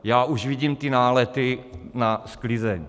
Já už vidím ty nálety na sklizeň.